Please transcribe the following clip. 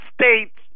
states